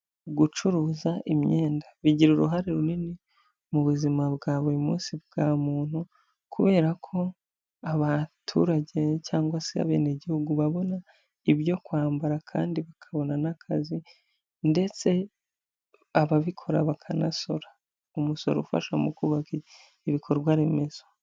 Gucuruza imyenda bigira uruhare runini mu buzima bwa buri munsi bwa muntu kubera ko abaturage cyangwa se abenegihugu babona ibyo kwambara kandi bakabona n'akazi ndetse ababikora bakanasora umusoro ufasha mu kubaka ibikorwa remezo.